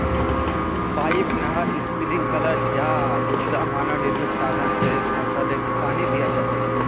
pipe, नहर, sprinkler या दूसरा मानव निर्मित साधन स फसलके पानी दियाल जा छेक